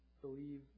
believe